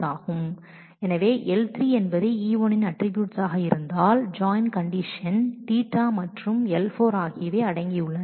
எனவே L3 என்பது E1 இன் அட்ட்ரிபூயூட்ஸ் ஆக இருந்தால் ஜாயின் கண்டிஷன் Ɵ மற்றும் L4 ஆகியவை அடங்கி உள்ளன